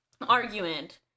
argument